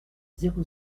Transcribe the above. zéro